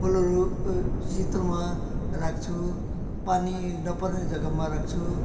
फुलहरू शीतलमा राख्छु पानी नपर्ने जगामा राख्छु